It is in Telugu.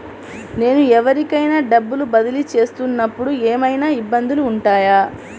నేను ఎవరికైనా డబ్బులు బదిలీ చేస్తునపుడు ఏమయినా ఇబ్బందులు వుంటాయా?